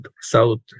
south